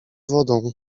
wodą